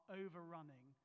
overrunning